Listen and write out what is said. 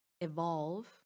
evolve